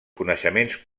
coneixements